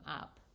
up